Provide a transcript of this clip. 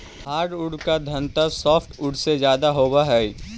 hardwood के घनत्व softwood से ज्यादा होवऽ हइ